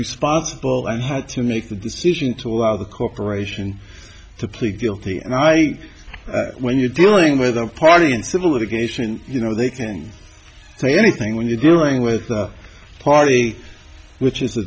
responsible and had to make the decision to allow the corporation to plead guilty and i think when you're dealing with a party in civil litigation you know they can say anything when you're dealing with the party which is